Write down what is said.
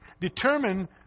Determine